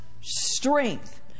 strength